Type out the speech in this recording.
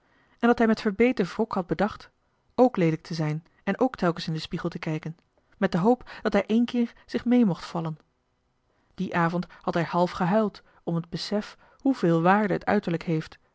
en dat hij met verbeten wrok had bedacht ook leelijk te zijn en ook telkens in den spiegel te kijken met de hoop dat hij één keer zich mee mocht vallen dien avond had hij half gehuild om het besef hoeveel waarde het uiterlijk heeft